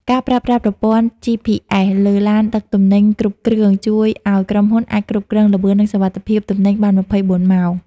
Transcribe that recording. ការប្រើប្រាស់ប្រព័ន្ធ GPS លើឡានដឹកទំនិញគ្រប់គ្រឿង ជួយឱ្យក្រុមហ៊ុនអាចគ្រប់គ្រងល្បឿន និងសុវត្ថិភាពទំនិញបាន ២៤ ម៉ោង។